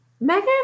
Megan